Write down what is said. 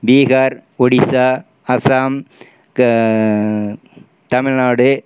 Bihar Odisha Assam Tamil Nadu